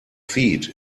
feet